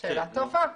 זאת שאלה טובה.